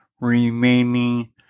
remaining